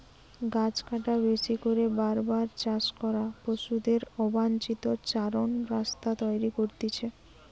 গাছ কাটা, বেশি করে বার বার চাষ করা, পশুদের অবাঞ্চিত চরান রাস্তা তৈরী করতিছে